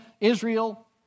Israel